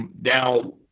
now